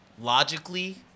logically